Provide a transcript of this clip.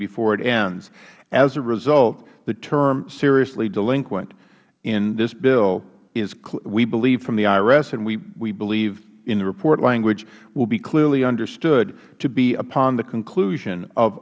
before it ends as a result the term seriously delinquent in this bill we believe from the irs and we believe in the report language will be clearly understood to be upon the conclusion of